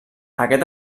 aquest